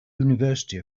university